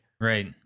Right